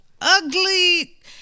ugly